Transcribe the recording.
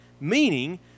meaning